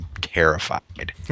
terrified